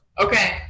okay